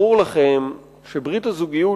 ברור לכם שברית הזוגיות,